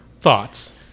Thoughts